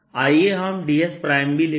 आइए हम ds भी लिखें